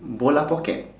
bola pocket